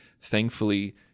thankfully